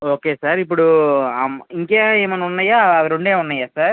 okay sir ఇప్పుడు ఆం ఇంకా ఏమైనా ఉన్నాయా ఆవి రెండే ఉన్నాయా సార్